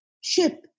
ship